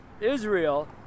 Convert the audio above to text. Israel